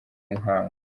muhango